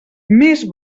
més